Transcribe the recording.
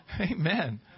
Amen